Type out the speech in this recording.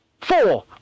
Four